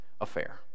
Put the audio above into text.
affair